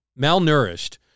malnourished